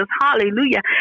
Hallelujah